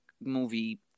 movie